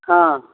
हँ